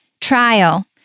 trial